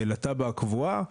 לתב"ע הקבועה.